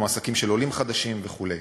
כמו עסקים של עולים חדשים וכו'.